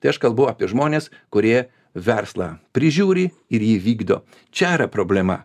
tai aš kalbu apie žmones kurie verslą prižiūri ir įvykdo čia yra problema